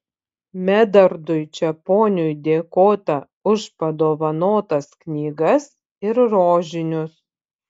medardui čeponiui dėkota už padovanotas knygas ir rožinius